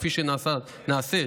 כפי שנעשית